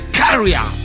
carrier